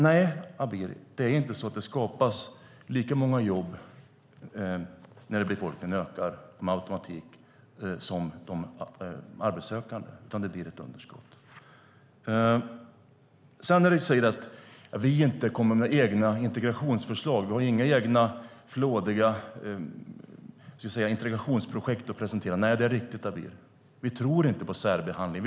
Det skapas inte med automatik så många jobb när befolkningen ökar att det motsvarar antalet arbetssökande; det blir ett underskott. Du säger att vi inte kommer med egna integrationsförslag och att vi inte har några flådiga integrationsprojekt att presentera. Det är riktigt. Vi tror inte på särbehandling.